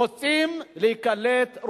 שרוצים להיקלט,